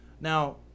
Now